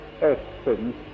essence